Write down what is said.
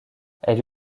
elle